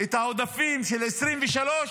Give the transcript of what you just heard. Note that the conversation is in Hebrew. את העודפים של 2023,